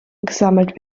gesammelt